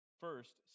first